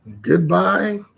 goodbye